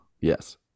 Yes